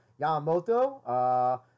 Yamamoto